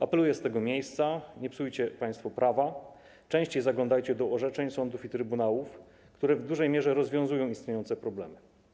Apeluję z tego miejsca: nie psujcie państwo prawa, częściej zaglądajcie do orzeczeń sądów i trybunałów, które w dużej mierze rozwiązują istniejące problemy.